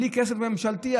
בלי כסף ממשלתי,